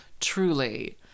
truly